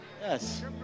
Yes